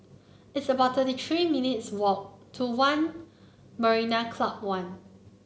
it's about thirty three minutes' walk to One Marina Club One